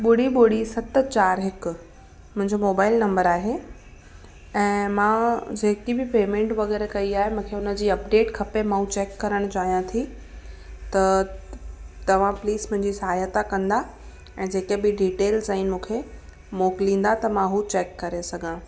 ॿुड़ी ॿुड़ी सत चारि हिकु मुंहिंजो मोबाइल नंबर आहे ऐं मां जेकी बि पेमेंट वग़ैरह कई आहे मूंखे उन जी अपडेट खपे मा उहा चैक करणु चाहियां थी त तव्हां प्लीस मुंहिंजी सहायता कंदा ऐं जेके बि डिटेल्स आहिनि मूंखे मोकिलिंदा त मां उहो चैक करे सघां